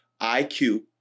IQ